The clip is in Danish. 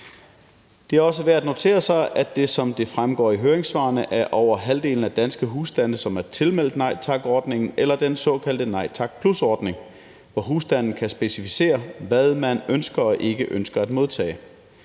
Det er også værd at notere sig, at det, som det fremgår i høringssvarene, er over halvdelen af danske husstande, som er tilmeldt Nej Tak-ordningen eller den såkaldte Nej Tak+-ordning, hvor husstanden kan specificere, hvad man ønsker og ikke ønsker at modtage.